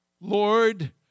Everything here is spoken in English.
Lord